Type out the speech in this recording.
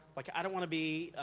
like, i don't wanna be,